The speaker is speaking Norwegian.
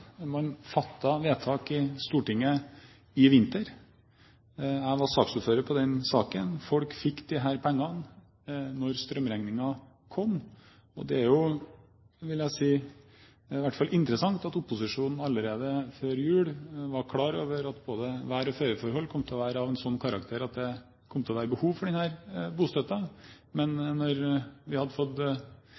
Man fattet vedtak i Stortinget i vinter. Jeg var saksordfører for den saken. Folk fikk disse pengene da strømregningen kom, og jeg vil si at det er interessant at opposisjonen allerede før jul var klar over at både vær- og føreforhold kom til å bli av en sånn karakter at det kom til å bli behov for denne bostøtten. Men da vi hadde fått